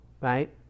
right